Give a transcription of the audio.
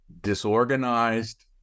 disorganized